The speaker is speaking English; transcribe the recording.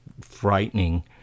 frightening